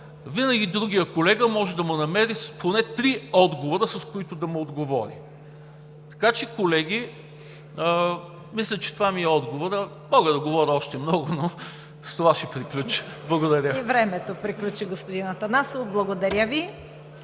Винаги другият колега може да му намери поне три отговора, с които да му отговори. Така че, колеги, мисля, че това ми е отговорът. Мога да говоря още много, но с това ще приключа. Благодаря. ПРЕДСЕДАТЕЛ ЦВЕТА КАРАЯНЧЕВА: И времето приключи, господин Атанасов. Благодаря Ви.